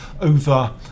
over